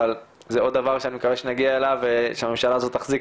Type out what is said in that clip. אבל זה עוד דבר שאני מקווה שהממשלה הזאת תחזיק